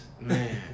man